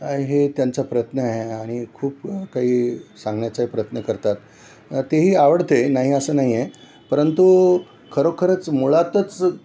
हे त्यांचा प्रयत्न आहे आणि खूप काही सांगण्याचाही प्रयत्न करतात तेही आवडते नाही असं नाही आहे परंतु खरोखरच मुळातच